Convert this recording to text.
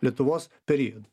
lietuvos periodu